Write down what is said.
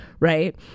Right